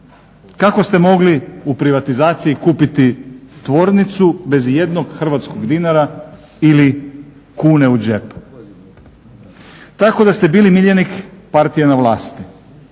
Kako ste mogli u privatizaciji kupiti tvornicu bez ijednog hrvatskog dinara ili kune u džepu? Tako da ste bili miljenik partije na vlasti,